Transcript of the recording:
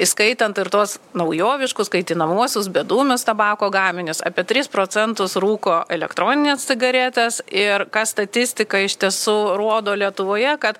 įskaitant ir tuos naujoviškus kaitinamuosius bedūmius tabako gaminius apie tris procentus rūko elektronines cigaretes ir ką statistika iš tiesų rodo lietuvoje kad